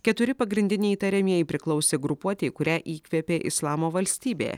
keturi pagrindiniai įtariamieji priklausė grupuotei kurią įkvėpė islamo valstybė